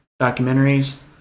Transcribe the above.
documentaries